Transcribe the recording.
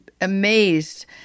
amazed